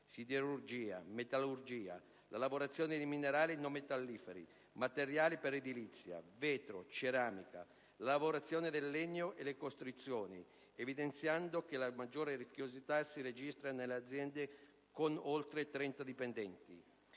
(siderurgia, metallurgia), la lavorazione dei minerali non metalliferi (materiali per edilizia, vetro, ceramica), la lavorazione del legno e le costruzioni, evidenziando che la maggiore rischiosità si registra nelle aziende con oltre 30 dipendenti.